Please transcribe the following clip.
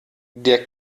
der